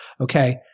Okay